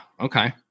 Okay